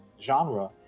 genre